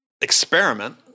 experiment